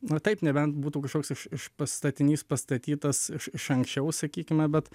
na taip nebent būtų kažkoks iš iš pa statinys pastatytas iš anksčiau sakykime bet